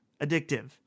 addictive